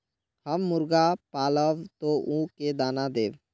हम मुर्गा पालव तो उ के दाना देव?